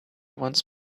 wants